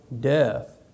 death